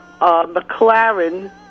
McLaren